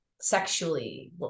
sexually